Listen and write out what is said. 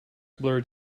blurred